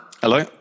Hello